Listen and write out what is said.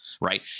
Right